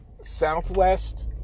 Southwest